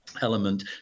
element